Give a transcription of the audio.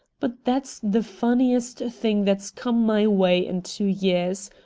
but that's the funniest thing that's come my way in two years.